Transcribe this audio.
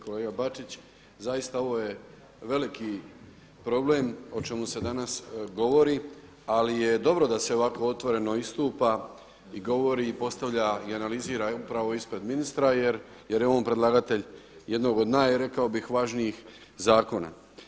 Kolega Bačić zaista ovo je veliki problem o čemu se danas govori ali je dobro da se ovako otvoreno istupa i govori i postavlja i analizira upravo ispred ministra jer je on predlagatelj jednog od rekao bih najvažnijih zakona.